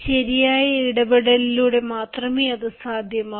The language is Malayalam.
ശരിയായ ഇടപെടലിലൂടെ മാത്രമേ അത് സാധ്യമാകൂ